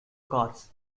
cars